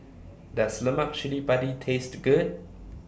Does Lemak Cili Padi Taste Good